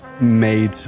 made